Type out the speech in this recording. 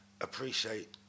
appreciate